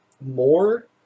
more